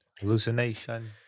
Hallucination